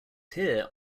here